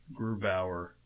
Grubauer